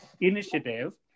initiative